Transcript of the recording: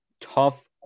tough